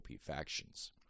factions